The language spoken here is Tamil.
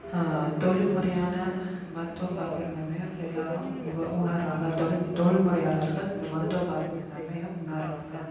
தொழில் முறையான மருத்துவ காப்பீடு நன்மையை எல்லாரும் உண உணர்கிறாங்க தொலி தொழில் முறையாளர்கள் இந்த மருத்துவ காப்பீடு நன்மையை உணர்கிறாங்க